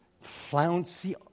Flouncy